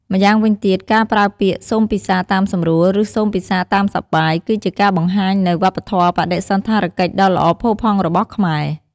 ម្យ៉ាងវិញទៀត ការប្រើពាក្យ "សូមពិសារតាមសម្រួល! ឬសូមពិសារតាមសប្បាយ!" គឺជាការបង្ហាញនូវ វប្បធម៌បដិសណ្ឋារកិច្ចដ៏ល្អផូរផង់ របស់ខ្មែរ។